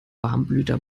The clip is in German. warmblüter